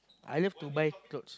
I love to buy clothes